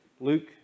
Luke